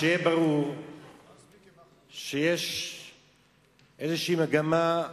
שיהיה ברור שיש איזושהי מגמה,